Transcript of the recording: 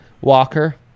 Walker